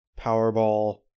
Powerball